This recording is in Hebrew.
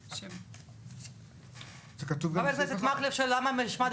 תפקידי הממונה יהיה אלה: לתת